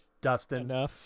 Dustin